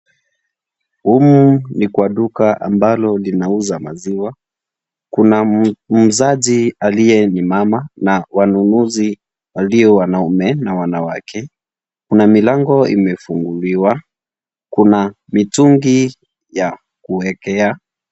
Humu ni kwa duka ambalo linauza maziwa, kuna muuzaji aliyesimama na wanunuzi walio wanaume na wanawake kuna milango imefunguliwa . Kuna mitungi ya kuwekea.